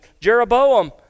Jeroboam